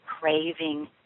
craving